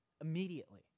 Immediately